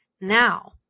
now